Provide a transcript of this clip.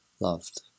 loved